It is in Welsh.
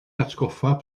atgoffa